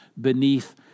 beneath